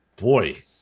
boy